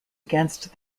against